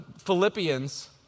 Philippians